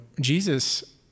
Jesus